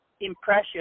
impression